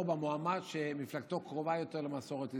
במועמד שמפלגתו קרובה יותר למסורת ישראל.